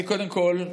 קודם כול,